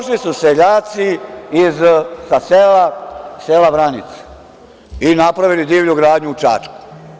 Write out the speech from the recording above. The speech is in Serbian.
Došli su seljaci sa sela, sela Vranić, i napravili divlju grdnju u Čačku.